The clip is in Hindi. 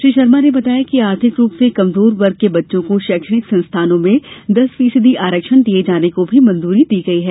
श्री शर्मा ने बताया कि आर्थिक रूप से कमजोर वर्ग के बच्चों को शैक्षिणक संस्थानों में दस फीसदी आरक्षण दिये जाने को भी मंजूरी दी गई है